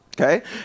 Okay